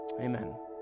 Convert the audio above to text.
Amen